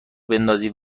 بندازی